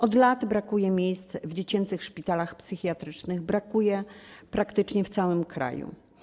Od lat brakuje miejsc w dziecięcych szpitalach psychiatrycznych, brakuje praktycznie w całym kraju.